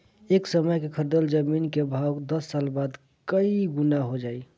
ए समय कअ खरीदल जमीन कअ भाव दस साल बाद कई गुना हो जाई